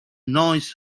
noise